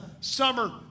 summer